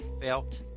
felt